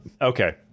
okay